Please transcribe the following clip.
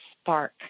spark